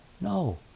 No